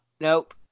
Nope